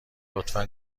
لطفا